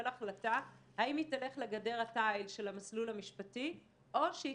החלטה האם היא תלך לגדר התיל של המסלול המשפטי או שהיא